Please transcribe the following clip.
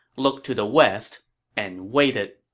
looked to the west and waited